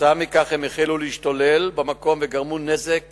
כתוצאה מכך הם החלו להשתולל במקום וגרמו נזק